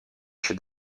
she